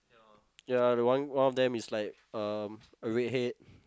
ya the one one of them is like um a redhead